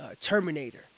Terminator